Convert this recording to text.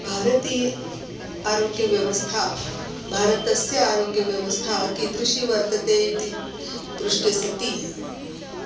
भारतीया आरोग्यव्यवस्था भारतस्य आरोग्यव्यवस्था कीदृशी वर्तते इति पृष्टे सति